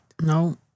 No